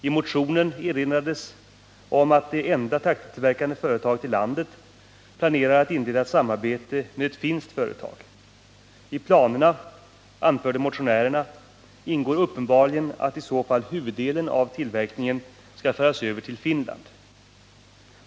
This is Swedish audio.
I motionen erinrades om att det enda traktortillverkande företaget i landet planerar att inleda samarbete med ett finskt företag. I planerna, anförde motionärerna, ingår uppenbarligen att i vart fall huvuddelen av tillverkningen skall föras över till Finland.